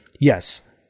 yes